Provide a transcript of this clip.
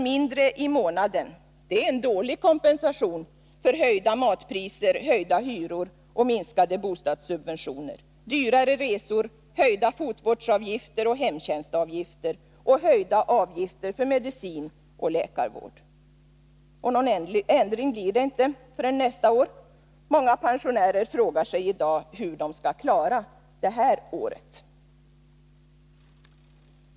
mindre i månaden, det är en dålig kompensation för höjda matpriser, höjda hyror och minskade bostadssubventioner, dyrare resor, höjda fotvårdsavgifter och hemtjänstavgifter och höjda avgifter för medicin och läkarvård. Någon ändring blir det inte förrän nästa år. Många pensionärer frågar sig i dag hur de skall klara det här året.